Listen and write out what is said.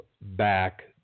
back